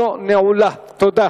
הישיבה, אני מתכבדת